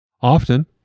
Often